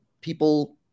people